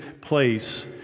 place